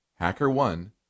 HackerOne